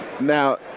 Now